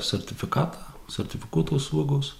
sertifikatą sertifikuotos uogos